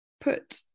Put